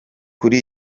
kuri